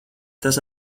tas